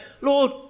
Lord